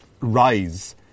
rise